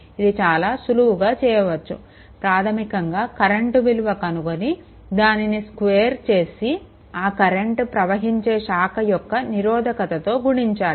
ఇది చాలా సులువుగా చేయవచ్చు ప్రాధమికంగా కరెంట్ విలువ కనుక్కొని దానిని i2 చేసి ఆ కరెంట్ ప్రవహించే శాఖ యొక్క నిరోధకతతో గుణించాలి